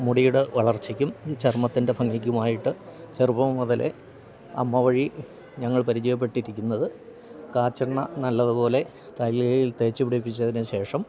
മുടിയുടെ വളർച്ചയ്ക്കും ചർമ്മത്തിൻ്റെ ഭംഗിക്കുമായിട്ട് ചെറുപ്പം മുതലേ അമ്മവഴി ഞങ്ങൾ പരിചയപ്പെട്ടിരിക്കിന്നത് കാച്ചെണ്ണ നല്ലതുപോലെ തലയിൽ തേച്ചു പിടിപ്പിച്ചതിനുശേഷം